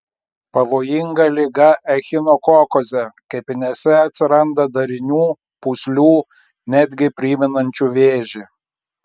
pavojinga liga echinokokozė kepenyse atsiranda darinių pūslių netgi primenančių vėžį